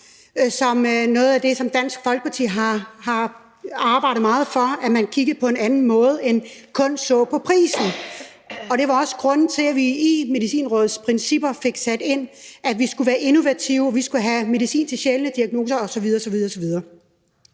Noget af det, som Dansk Folkeparti har arbejdet meget for, er, at man kigger på det på en anden måde, i stedet for at man kun ser på prisen. Det var også grunden til, at vi i Medicinrådets principper fik sat ind, at vi skulle være innovative og vi skulle have medicin til sjældne diagnoser osv. osv. Men